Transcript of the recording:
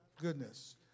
goodness